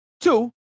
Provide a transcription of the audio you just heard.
two